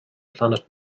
planet